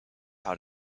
how